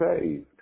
saved